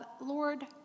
Lord